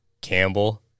Campbell